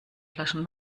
flaschen